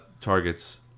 targets